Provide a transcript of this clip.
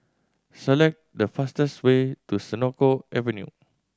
select the fastest way to Senoko Avenue